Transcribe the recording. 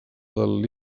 del